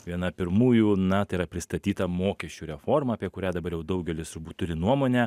viena pirmųjų na tai yra pristatyta mokesčių reforma apie kurią dabar jau daugelis turbūt turi nuomonę